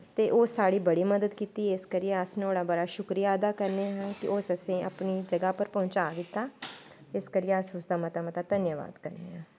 ते उस साढ़ी बड़ी मदद कीती इस करियै अस नोहाड़ा बड़ा शुक्रिया अदा करने आं कि उस असें अपनी जगा पर पहूचां दित्ता इस करियै अस उस दा मता मता धन्याबाद करने आं